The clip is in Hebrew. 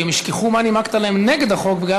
כי הם ישכחו מה נימקת להם נגד החוק בגלל